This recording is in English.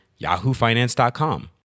yahoofinance.com